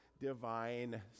divine